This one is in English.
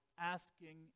Asking